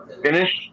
finish